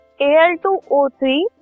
Al2O3